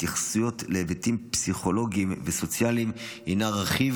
התייחסות להיבטים פסיכולוגיים וסוציאליים הינה רכיב